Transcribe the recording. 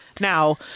now